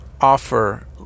offer